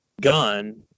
gun